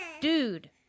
dude